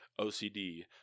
OCD